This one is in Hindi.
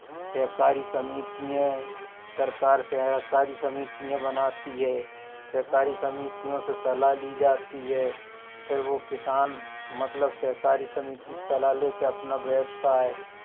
सहकारी समिति हैं सरकार सहकारी समितियां बनाती है सहकारी समितियों से सलाह ली जाती है फिर वो किसान मतलब सहकारी समिति से सलाह ले के अपना व्यवसाय